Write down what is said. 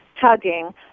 tugging